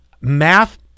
Math